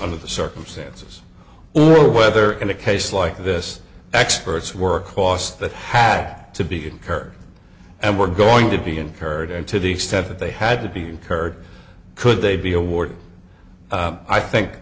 under the circumstances or whether in a case like this expert's work costs that had to be incurred and were going to be incurred and to the extent that they had to be incurred could they be awarded i think